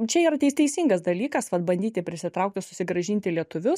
čia yra tei teisingas dalykas vat bandyti prisitraukti susigrąžinti lietuvius